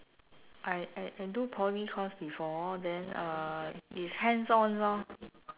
I I I do poly course before then uh is hands on lor